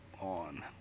on